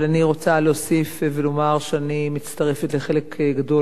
אבל אני רוצה להוסיף ולומר שאני מצטרפת לחלק גדול